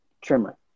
trimmer